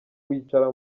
wicara